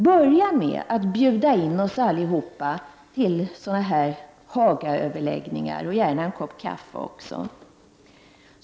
Börja med att bjuda in oss allihop till Hagaöverläggningar, gärna med en kopp kaffe.